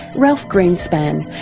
ralph greenspan,